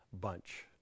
bunch